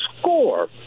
score